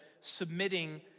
submitting